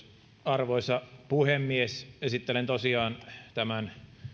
arvoisa puhemies esittelen tosiaan